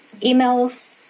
emails